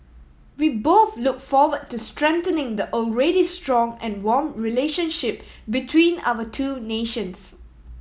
we both look forward to strengthening the already strong and warm relationship between our two nations